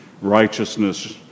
righteousness